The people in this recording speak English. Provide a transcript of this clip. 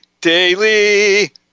daily